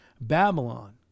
Babylon